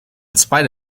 spite